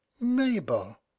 Mabel